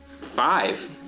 Five